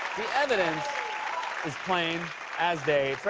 the evidence is plain as day.